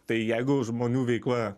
tai jeigu žmonių veikla